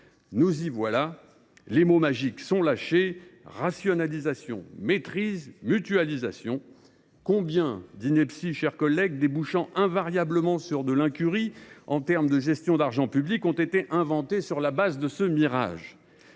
Nous y voilà, les mots magiques sont lâchés : rationalisation, maîtrise, mutualisation ! Combien d’inepties, mes chers collègues, débouchant invariablement sur de l’incurie en matière de gestion d’argent public, ont été inventées sur la base de ce mirage ?